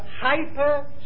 hyper